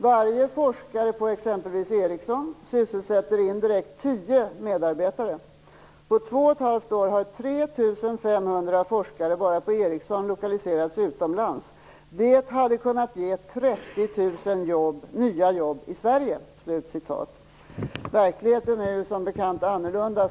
Varje forskare på exempelvis Ericsson sysselsätter indirekt tio medarbetare. På två och ett halvt år har 3 500 forskare bara på Ericsson lokaliserats utomlands. Det hade kunnat ge 30 000 nya jobb i Sverige. Verkligheten är som bekant en annan.